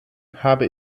habe